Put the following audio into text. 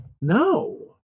No